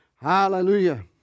Hallelujah